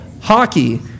hockey